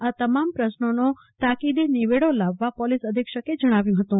આ તમામ પ્રશ્નોનો તાકીદે નીવેડલો લાવવા પોલીસ અધિક્ષકે જણાવ્યું હતું